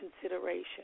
consideration